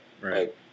Right